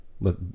look